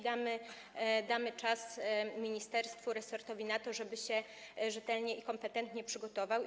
Damy czas ministerstwu, resortowi na to, żeby się rzetelnie i kompetentnie przygotować.